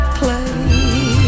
play